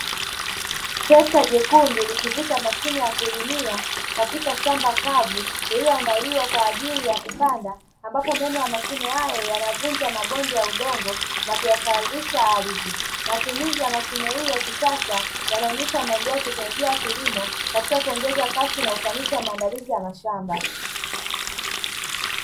Trekta jekundu likivuta mashine ya kulimia katika shamba kavu lililoandaliwa kwa ajili ya kupanda ambapo meno ya mashine hayo yanavunja mabonde ya udongo na kuyasawazisha ardhi. Matumizi ya mashine hii ya kisasa yanaonyesha maendeleo ya teknolojia ya kilimo katika kuongeza kasi na ufanisi wa maandalizi ya mashamba.